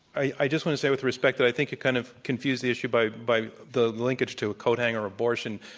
i just want to say with respect that i think you kind of confused the issue by by the linkage to a coat hanger abortion,